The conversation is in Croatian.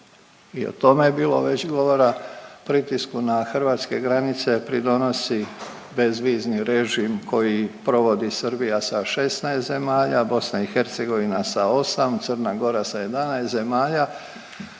i o tome je bilo već govora, pritisku na hrvatske granice pridonosi bezvizni režim koji provodi Srbija sa 16 zemalja, BiH sa 8, Crna Gora sa 11 zemalja